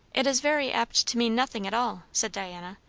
it is very apt to mean nothing at all, said diana,